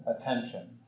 attention